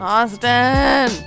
Austin